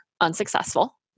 unsuccessful